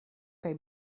kaj